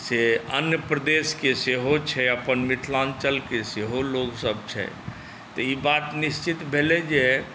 से अन्य प्रदेशके सेहो छै अपन मिथिलाञ्चलके सेहो लोकसब छै तऽ ई बात निश्चित भेलै जे